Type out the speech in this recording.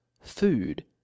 food